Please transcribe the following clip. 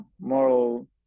moral